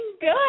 good